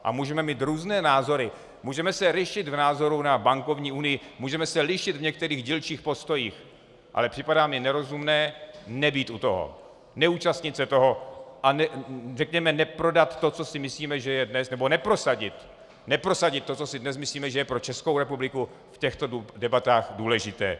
A můžeme mít různé názory, můžeme se lišit v názoru na bankovní unii, můžeme se lišit v některých dílčích postojích, ale připadá mi nerozumné nebýt u toho, neúčastnit se toho, a řekněme, neprodat to, co si myslíme, že je dnes, nebo neprosadit to, co si dnes myslíme, že je pro Českou republiku v těchto debatách důležité.